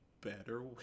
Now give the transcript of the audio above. better